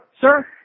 Sir